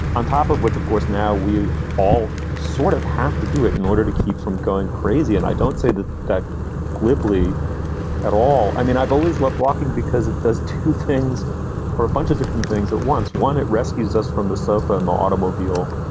on top of which, of course, now we all sort of have to do it in order to keep from going crazy. and i don't say that that glibly at all. i mean, i've always loved walking because it does two things or a bunch of different things at once. one, it rescues us from the sofa and the automobile.